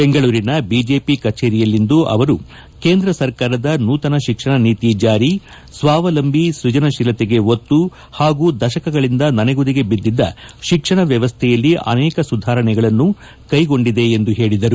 ಬೆಂಗಳೂರಿನ ಬಿಜೆಪಿ ಕಚೇರಿಯಲ್ಲಿಂದು ಅವರು ಕೇಂದ್ರ ಸರ್ಕಾರ ನೂತನ ಶಿಕ್ಷಣ ನೀತಿ ಜಾರಿ ಸ್ವಾವಲಂಭಿ ಸ್ಕಜನಶೀಲತೆಗೆ ಒತ್ತು ಹಾಗೂ ದಶಕಗಳಿಂದ ನೆನೆಗುದಿಗೆ ಬಿದ್ದಿದ್ದ ಶಿಕ್ಷಣ ವ್ಯವಸ್ಥೆಗೆ ಅನೇಕ ಸುಧಾರಣೆಗಳನ್ನು ಕೈಗೊಂಡಿದೆ ಎಂದು ಹೇಳದರು